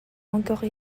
encore